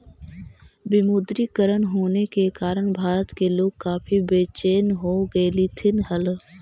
विमुद्रीकरण होने के कारण भारत के लोग काफी बेचेन हो गेलथिन हल